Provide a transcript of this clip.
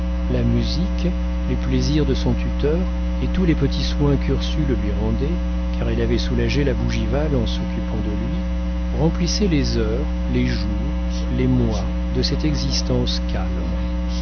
la musique les plaisirs de son tuteur et tous les petits soins qu'ursule lui rendait car elle avait soulagé la bougival en s'occupant de lui remplissaient les heures les jours les mois de cette existence calme